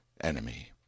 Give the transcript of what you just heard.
enemy